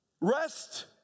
Rest